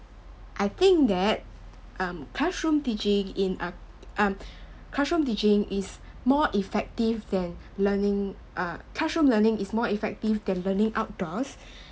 I think that um classroom teaching in um um classroom teaching is more effective than learning uh classroom learning is more effective than learning outdoors